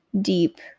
deep